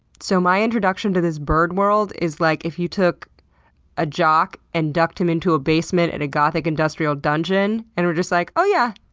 so my introduction to this bird world is like if you took a jock and ducked him into a basement at a gothic-industrial dungeon and were just like, oh yeah.